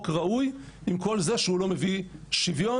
בכל החזיתות,